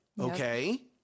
Okay